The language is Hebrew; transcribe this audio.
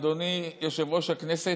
אדוני יושב-ראש הכנסת,